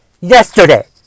yesterday